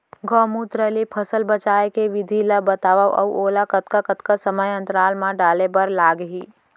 गौमूत्र ले फसल बचाए के विधि ला बतावव अऊ ओला कतका कतका समय अंतराल मा डाले बर लागही?